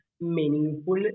meaningful